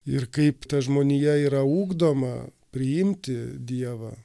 ir kaip ta žmonija yra ugdoma priimti dievą